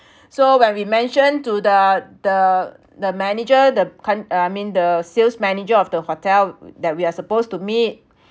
so when we mention to the the the manager the kin~ I mean the sales manager of the hotel that we are supposed to meet